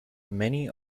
many